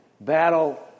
battle